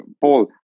paul